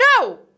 No